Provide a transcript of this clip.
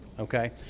Okay